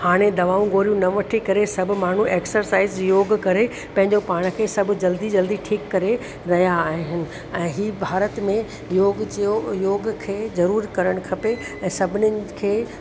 हाणे दवाऊं गोरियूं न वठी करे सभ माण्हू एक्सरसाइज़ योग करे पंहिंजो पाण खे सभु जल्दी जल्दी ठीकु करे रहिया आहिनि ऐं हीउ भारत में योग जो योग खे ज़रूरु करणु खपे ऐं सभिनीनि खे